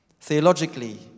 Theologically